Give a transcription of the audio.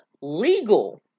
legal